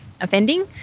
offending